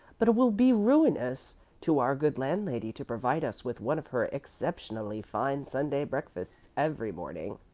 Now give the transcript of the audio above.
but it will be ruinous to our good landlady to provide us with one of her exceptionally fine sunday breakfasts every morning.